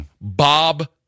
Bob